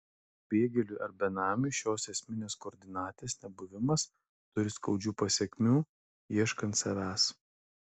pabėgėliui ar benamiui šios esminės koordinatės nebuvimas turi skaudžių pasekmių ieškant savęs